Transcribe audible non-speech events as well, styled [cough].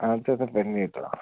اَدٕ ژےٚ کٔر نےَ [unintelligible]